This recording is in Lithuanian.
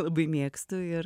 labai mėgstu ir